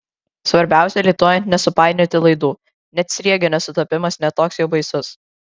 svarbiausia lituojant nesupainioti laidų net sriegio nesutapimas ne toks jau baisus